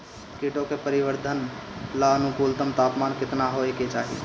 कीटो के परिवरर्धन ला अनुकूलतम तापमान केतना होए के चाही?